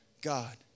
God